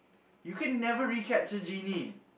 you can never recap to genie